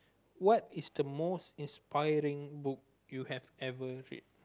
what is the most inspiring book you have ever read